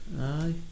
Aye